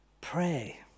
Pray